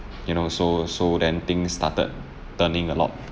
you know so so then things started turning a lot